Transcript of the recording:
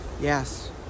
Yes